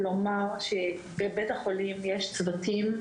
אני רוצה לומר שבבית החולים יש צוותים,